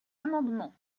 amendement